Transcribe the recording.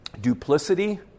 duplicity